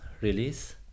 release